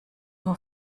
nur